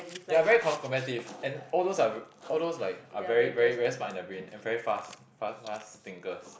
ya very com~ competitive and all those are all those like are very very very smart in their brain and very fast fast fast thinkers